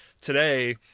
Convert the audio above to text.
today